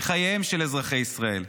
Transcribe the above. בחייהם של אזרחי ישראל,